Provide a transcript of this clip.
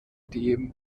dem